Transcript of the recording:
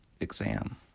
exam